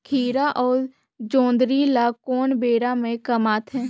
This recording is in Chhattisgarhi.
खीरा अउ जोंदरी ल कोन बेरा म कमाथे?